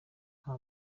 nta